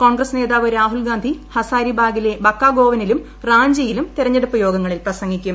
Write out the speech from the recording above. കോൺഗ്രസ് നേതാവ് രാഹുൽഗാന്ധി ഹസാരിബാഗിലെ ബക്കാഗോവനിലും റാഞ്ചിയിലും തെരഞ്ഞെടുപ്പ് യോഗങ്ങളിൽ പ്രസംഗിക്കും